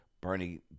Bernie